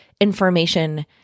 information